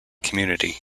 community